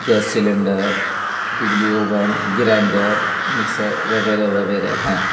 gas cylinder بجلی oven grinder mixer وغیرہ وغیرہ ہیں